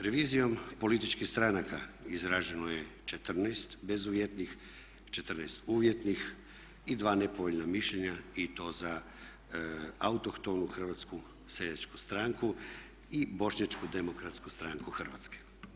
Revizijom političkih stranaka izraženo je 14 bezuvjetnih, 14 uvjetnih i 2 nepovoljna mišljenja i to za Autohtonu hrvatsku seljačku stranku i Bošnjačku demokratsku stranku Hrvatske.